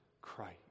Christ